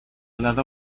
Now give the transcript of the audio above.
dado